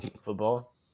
football